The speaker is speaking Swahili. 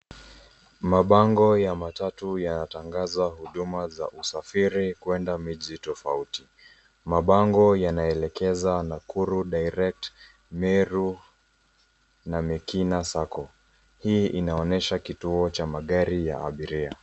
Mabango ya matatu yanatangaza huduma za usafiri kuenda miji tofauti. Mabango yanaelekeza Nakuru Direct , Meru na Mekina Sacco. Hii inaonyesha kituo cha magari ya abiria.